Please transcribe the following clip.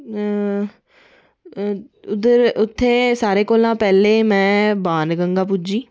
उत्थै सैरे कोला पैह्लें में बाण गंगा पुज्जी